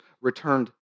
returned